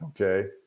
okay